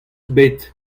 bet